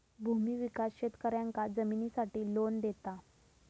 भूमि विकास शेतकऱ्यांका जमिनीसाठी लोन देता